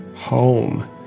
home